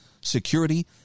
security